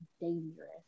dangerous